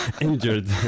injured